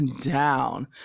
down